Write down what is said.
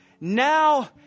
Now